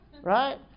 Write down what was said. Right